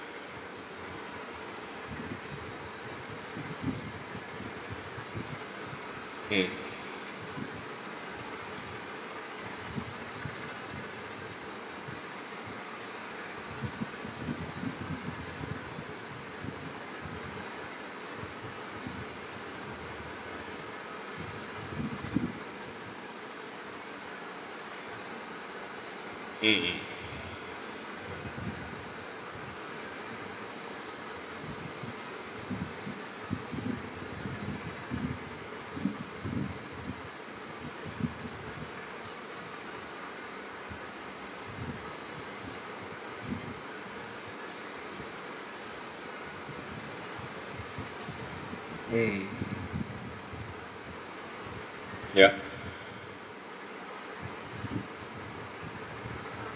mm mmhmm mm yup